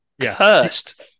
Cursed